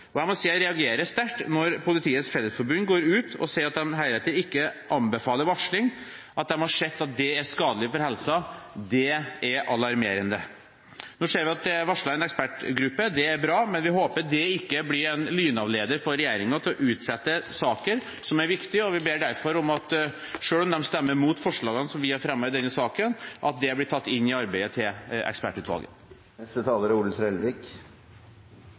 Jeg må si at jeg reagerer sterkt når Politiets Fellesforbund går ut og sier at de heretter ikke anbefaler varsling, og at de har sett at det er skadelig for helsen. Det er alarmerende. Nå ser vi at det er varslet en ekspertgruppe. Det er bra, men vi håper det ikke blir en lynavleder for regjeringen til å utsette saken, som er viktig. Vi ber derfor om at selv om man stemmer imot forslagene vi har fremmet i saken, blir de tatt inn i arbeidet til ekspertutvalget. Samfunnet er